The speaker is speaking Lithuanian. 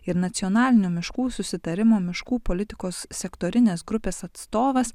ir nacionalinio miškų susitarimo miškų politikos sektorinės grupės atstovas